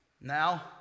Now